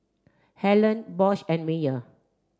Helen Bosch and Mayer